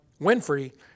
Winfrey